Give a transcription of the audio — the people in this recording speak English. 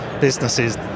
businesses